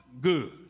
good